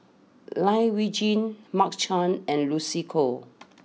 Lai Weijie Mark Chan and Lucy Koh